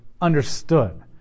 understood